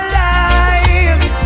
life